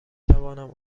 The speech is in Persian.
توانم